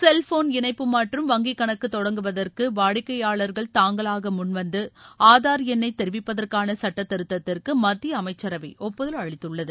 cellphone இணைப்பு மற்றும் வங்கிக் கணக்கு தொடங்குவதற்கு வாடிக்கையாளர்கள் தாங்களாக முன்வந்து ஆதார் எண்ணை தெரிவிப்பதற்காள சட்டத் திருத்தத்திற்கு மத்திய அமைச்சரவை ஒப்புதல் அளித்துள்ளது